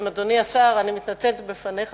אדוני השר, אני מתנצלת לפניך.